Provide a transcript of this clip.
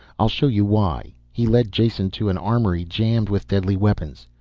i'll show you why. he led jason to an armory jammed with deadly weapons.